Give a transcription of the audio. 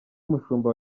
mushumba